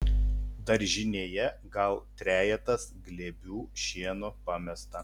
daržinėje gal trejetas glėbių šieno pamesta